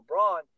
LeBron